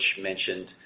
mentioned